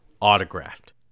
autographed